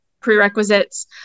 prerequisites